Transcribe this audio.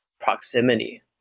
proximity